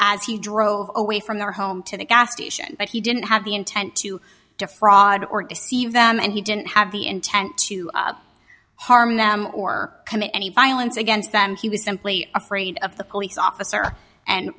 as he drove away from their home to the gas station but he didn't have the intent to defraud or deceive them and he didn't have the intent to harm them or commit any violence against them he was simply afraid of the police officer and